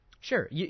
sure